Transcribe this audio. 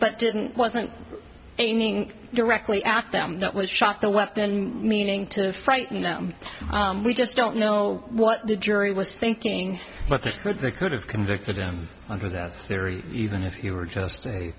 but didn't wasn't a ning directly at them that was shot the weapon meaning to frighten them we just don't know what the jury was thinking but they could have convicted him under that theory even if you were just a